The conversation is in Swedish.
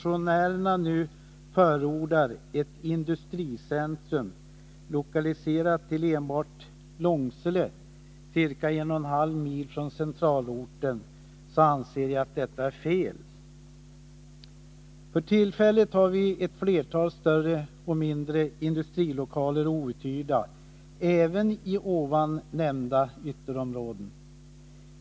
Motionärerna förordar nu ett industricentrum lokaliserat enbart till Långsele, ca 1 1/2 mil från centralorten, men jag anser att detta skulle vara en felaktig satsning. För tillfället har vi ett flertal större och mindre industrilokaler outhyrda, även ii de tidigare nämnda ytterområdena.